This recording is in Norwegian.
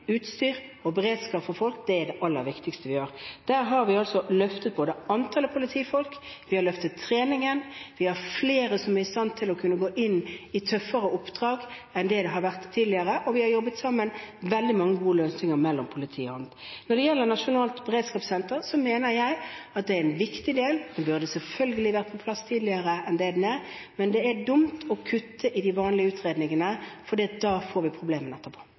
utstyr og beredskap for folk er det aller viktigste vi gjør. Vi har løftet antallet politifolk, vi har løftet treningen, vi har flere som er i stand til å kunne gå inn i tøffere oppdrag enn man har hatt tidligere, og vi har jobbet frem veldig mange gode løsninger mellom politiet og andre. Når det gjelder nasjonalt beredskapssenter, mener jeg at det er en viktig del. Det burde selvfølgelig vært på plass tidligere, men det er dumt å kutte i de vanlige utredningene, for da får vi